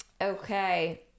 okay